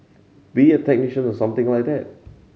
be a technician or something like that